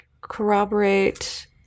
corroborate